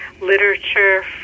literature